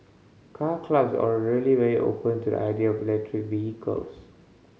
Car Clubs are really very open to the idea of electric vehicles